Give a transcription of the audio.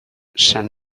san